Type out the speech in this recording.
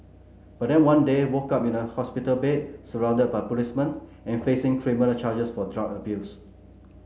but then one day woke up in a hospital bed surrounded by policemen and facing criminal charges for drug abuse